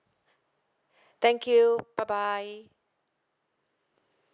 thank you bye bye